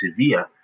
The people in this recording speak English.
Sevilla